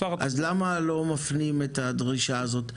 אז למה לא מפנים את הדרישה הזו?